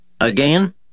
again